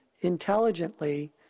intelligently